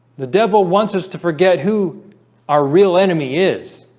the devil wants us to forget who our real enemy is